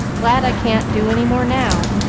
glad i can't do any more now!